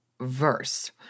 verse